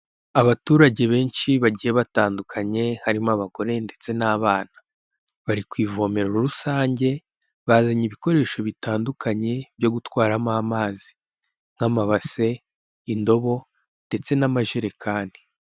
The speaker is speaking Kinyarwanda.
Abaturage benshi bagiye batandukanye harimo abagore ndetse n'abana, bari ku ivomero rusange, bazanye ibikoresho bitandukanye byo gutwaramo amazi, nk'amabase, indobo ndetse n'amajerekani.